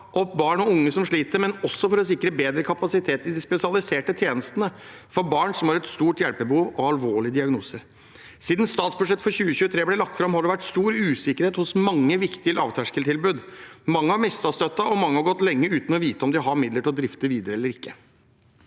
opp barn og unge som sliter, men også for å sikre bedre kapasitet i de spesialiserte tjenestene for barn som har et stort hjelpebehov og alvorlige diagnoser. Siden statsbudsjettet for 2023 ble lagt fram, har det vært stor usikkerhet hos mange viktige tilbydere av lavterskeltilbud. Mange har mistet støtte, og mange har gått lenge uten å vite om de har midler til å drifte tilbudet videre eller ikke.